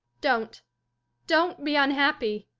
don't don't be unhappy,